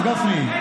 רגע, הרב גפני,